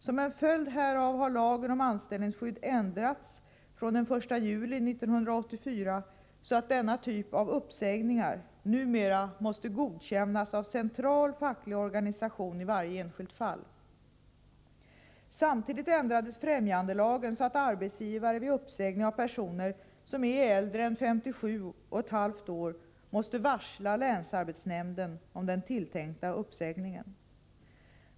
Som en följd härav har lagen om anställningsskydd ändrats från den 1 juli 1984 så att denna typ av uppsägningar numera måste godkännas av central facklig organisation i varje enskilt fall. Samtidigt ändrades främjandelagen så att arbetsgivaren vid uppsägning av personer som är äldre än 57 och ett halvt år måste varsla länsarbetsnämnden om den tilltänkta uppsägningen.